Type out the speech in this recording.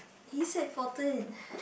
he said fourteen